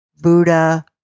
Buddha